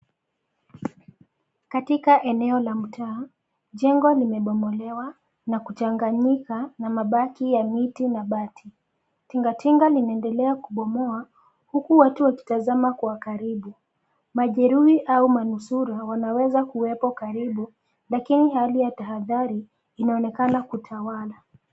Katika eneo la mtaa, jengo limebomolewa na kuchanganyika na mabaki ya miti na bati. Tingatinga linaendelea kubomoa huku watu wakitazama kwa karibu. Majeruhi au manusura wanaweza kuwepo karibu lakini hali ya tahadhari inaonekana kutawala